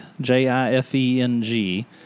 J-I-F-E-N-G